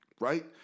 right